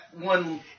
one